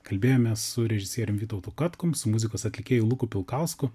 kalbėjomės su režisierium vytautu katkum su muzikos atlikėju luku pilkausku